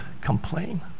complain